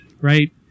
Right